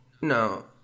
No